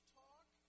talk